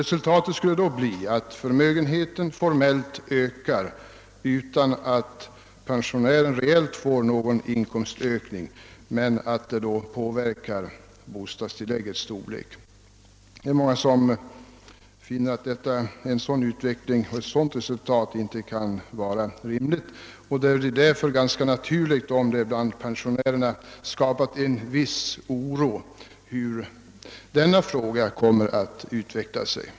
Resultatet skulle i så fall bli att förmögenheten formellt ökar och därmed minskar bostadstilläggets storlek utan att pensionären reellt får någon inkomstökning. Många anser att ett sådant resultat inte kan vara rimligt. Det är därför ganska naturligt om det bland pensionärerna uppstått en viss oro hur denna fråga kommer att utveckla sig.